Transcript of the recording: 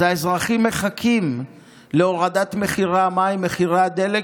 אז האזרחים מחכים להורדת מחירי המים, מחירי הדלק